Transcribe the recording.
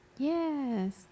Yes